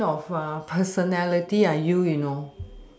kind of a personality are you you know